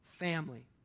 family